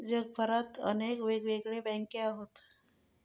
जगभरात अनेक येगयेगळे बँको असत